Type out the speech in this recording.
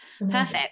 perfect